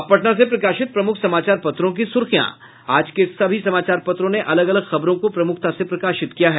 अब पटना से प्रकाशित प्रमुख समाचार पत्रों की सुर्खियां आज के सभी समाचारों पत्रों ने अलग अलग खबरों को प्रमुखता से प्रकाशित किया है